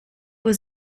was